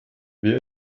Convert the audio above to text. wer